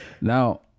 Now